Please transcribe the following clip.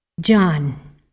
John